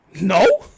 No